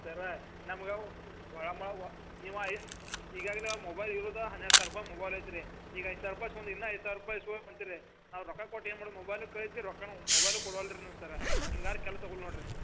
sir ನಮ್ಗೆ ಒಳಮಾ ವ ನೀವು ಈಗಾಗ ನೀವು ಮೊಬೈಲ್ ಇರುದ ಹನ್ನೆರಡು ಸಾವಿರ ರೂಪಾಯಿ ಮೊಬೈಲ್ ಐತಿ ರೀ ಈಗ ಐದು ಸಾವಿರ ರೂಪಾಯಿ ಇಸ್ಕೊಂದು ಇನ್ನ ಐದು ಸಾವಿರ ರೂಪಾಯಿ ಇಸ್ಕೊಳಕ್ಕೆ ಹೊಂಟೀರಿ ನಾವು ರೊಕ್ಕ ಕೊಟ್ಟು ಏನು ಮಾಡುನ ಮೊಬೈಲು ಕಳಿತಿ ರೊಕ್ಕನು ಮೊಬೈಲು ಕೊಡುವಲ್ಲ ರೀ ನೀವು ಸರ್ ಹಿಂಗಾರ ಕೆಲ್ಸ ಆಗುಲ್ಲ ನೋಡ್ರಿ